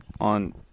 on